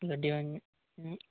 ᱜᱟᱹᱰᱤ